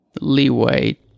leeway